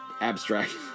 abstract